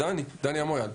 דני אמויאל.